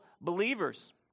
believers